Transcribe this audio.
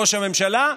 ראש הממשלה,